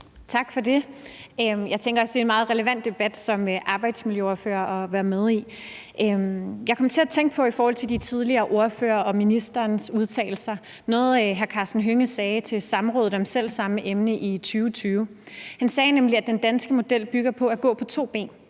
Tak for det. Jeg tænker også, det er en meget relevant debat som arbejdsmiljøordfører at være med i. Jeg kom til at tænke på noget i forhold til de tidligere ordføreres og ministerens udtalelser. Det var noget, hr. Karsten Hønge sagde til samrådet om selv samme emne i 2020. Han sagde nemlig, at den danske model bygger på at gå på to ben.